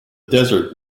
desert